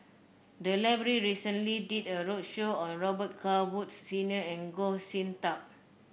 the library recently did a roadshow on Robet Carr Woods Senior and Goh Sin Tub